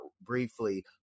briefly